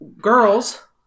girls